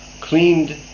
cleaned